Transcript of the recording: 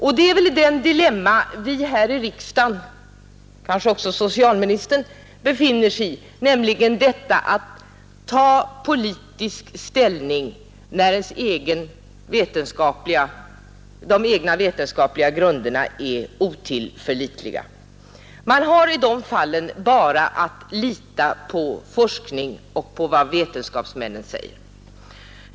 Och det är väl ett dilemma som vi här i riksdagen — och kanske också socialministern — hamnar i, att ta politisk ställning när de egna vetenskapliga grunderna är otillförlitliga. Man har i de fallen bara att lita på vad forskarna och vetenskapsmännen säger.